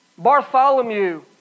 Bartholomew